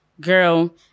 Girl